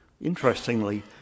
Interestingly